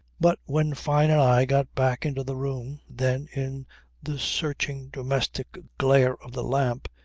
but when fyne and i got back into the room, then in the searching, domestic, glare of the lamp,